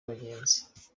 abagenzi